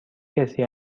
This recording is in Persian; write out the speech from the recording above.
کسی